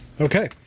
Okay